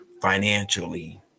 financially